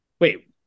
Wait